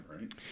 right